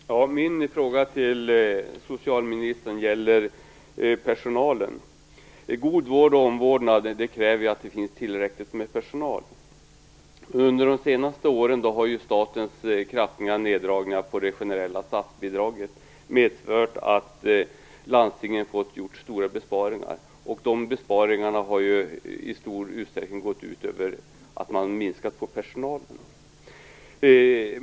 Fru talman! Min fråga till socialministern gäller personalen. God vård och omvårdnad kräver att det finns tillräckligt med personal. Under de senaste åren har statens kraftiga neddragningar på det generella statsbidraget medfört att landstingen har fått göra stora besparingar. De besparingarna har i stor utsträckning lett till att man minskat på personalen.